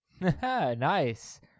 Nice